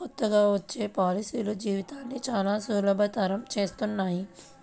కొత్తగా వచ్చే పాలసీలు జీవితాన్ని చానా సులభతరం చేస్తున్నాయి